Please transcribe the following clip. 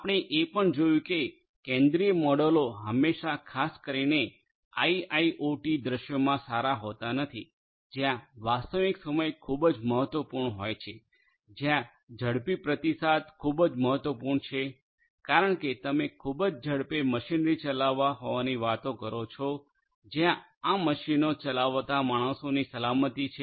આપણે એ પણ જોયું છે કે કેન્દ્રિય મોડેલો હંમેશાં ખાસ કરીને આઇઆઇઓટી દૃશ્યોમાં સારા હોતા નથી જ્યાં વાસ્તવિક સમય ખૂબ જ મહત્વપૂર્ણ હોય છે જ્યાં ઝડપી પ્રતિસાદ ખૂબ જ મહત્વપૂર્ણ છે કારણ કે તમે ખૂબ જ ઝડપે મશીનરી ચલાવવા હોવાની વાત કરો છો જ્યાં આ મશીનો ચલાવતા માણસોની સલામતી છે